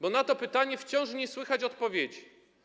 Bo na to pytanie wciąż nie słychać odpowiedzi.